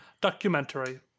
documentary